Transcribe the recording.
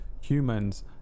humans